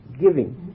giving